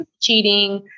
cheating